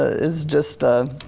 is just